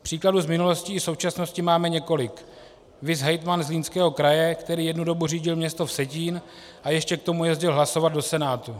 Příkladů z minulosti i současnosti máme několik viz hejtman Zlínského kraje, který jednu dobu řídil město Vsetín a ještě k tomu jezdil hlasovat do Senátu.